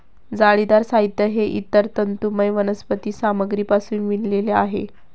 जाळीदार साहित्य हे इतर तंतुमय वनस्पती सामग्रीपासून विणलेले आहे